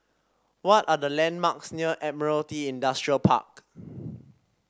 what are the landmarks near Admiralty Industrial Park